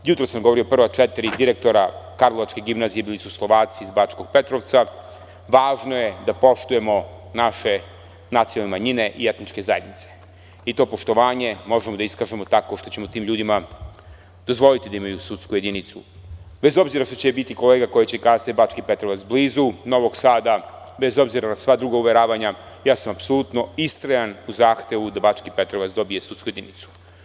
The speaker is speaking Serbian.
Jutros govori prva četiri direktora Karlovačke gimnazije bili su Slovaci iz Bačkog Petrovca, i važno je da poštujemo naše nacionalne manjine i etničke zajednice i to poštovanje možemo da iskažemo tako što ćemo tim ljudima dozvoliti da imaju sudsku jedinicu, bez obzira što će biti kolega koji će kazati da je Bački Petrovac blizu Novog Sada, bez obzira na sva druga uveravanja, ja sam apsolutno istrajan u zahtevu da Bački Petrovac dobije sudsku jedinicu.